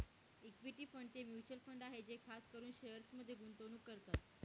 equity fund ते mutual fund आहे जे खास करून शेअर्समध्ये गुंतवणूक करतात